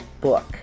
book